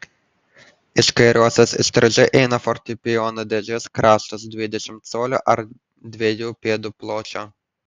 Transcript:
iš kairiosios įstrižai eina fortepijono dėžės kraštas dvidešimt colių ar dviejų pėdų pločio